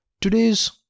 Today's